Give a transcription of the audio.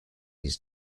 his